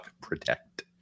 protect